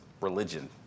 religion